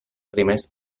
primers